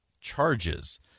charges